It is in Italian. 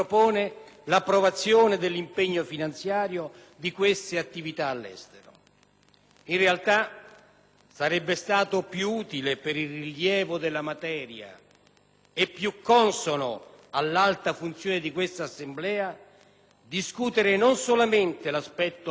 sarebbe stato più utile per il rilievo della materia e più consono all'alta funzione di questa Assemblea discutere non solamente l'aspetto finanziario delle missioni, piuttosto esprimere valutazioni in merito alla loro rispondenza;